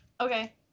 Okay